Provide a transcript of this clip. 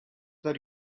that